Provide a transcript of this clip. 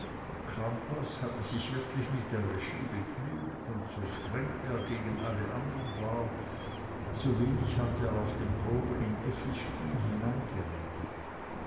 crampas hatte sich wirklich mit der regie begnügt und so streng er gegen alle anderen war so wenig hatte er auf den proben in effis spiel